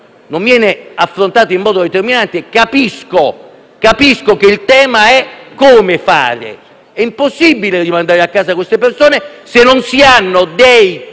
Non viene affrontato in modo determinante. Capisco che il tema è come fare. È impossibile rimandare a casa quelle persone se non si hanno degli